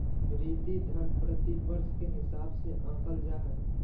भृति धन प्रतिवर्ष के हिसाब से आँकल जा हइ